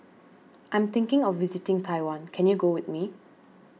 I'm thinking of visiting Taiwan can you go with me